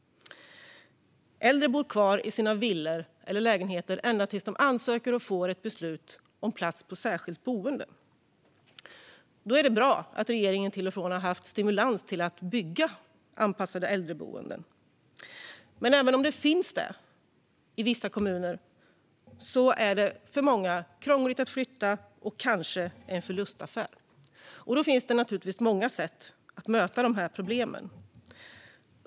Äldre bor kvar i sina villor eller lägenheter ända tills de ansöker och får ett beslut om plats i särskilt boende. Det är därför bra att regeringen till och från har gett stimulans till att bygga anpassade äldreboenden. Men även om sådana finns i vissa kommuner är det för många krångligt att flytta. Kanske blir det även en förlustaffär. Det finns naturligtvis många sätt att möta dessa problem.